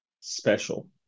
Special